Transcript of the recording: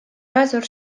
razor